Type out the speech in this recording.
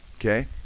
Okay